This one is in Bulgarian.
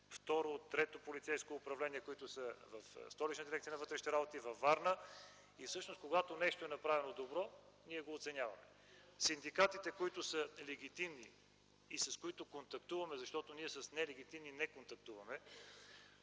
второ, трето полицейско управление, които са в Столична дирекция на вътрешните работи и във Варна. И всъщност, когато нещо е направено добро, ние го оценяваме. Синдикатите, които са легитимни и с които контактуваме, защото ние с нелегитимни не контактуваме,